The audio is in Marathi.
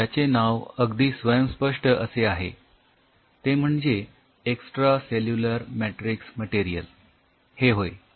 याचे नाव अगदी स्वयंस्पष्ट असे आहे ते म्हणजे एक्सट्रा सेल्युलर मॅट्रिक्स मटेरियल हे होय